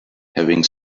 having